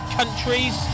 countries